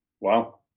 Wow